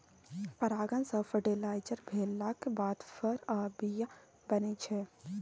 परागण सँ फर्टिलाइज भेलाक बाद फर आ बीया बनै छै